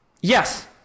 Yes